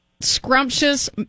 scrumptious